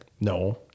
No